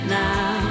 now